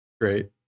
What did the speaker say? Great